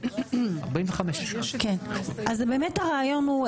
אז באמת הרעיון הוא,